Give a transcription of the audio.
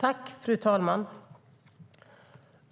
Fru talman!